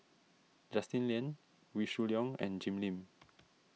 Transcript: Justin Lean Wee Shoo Leong and Jim Lim